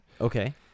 Okay